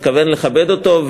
מתכוון לכבד אותו,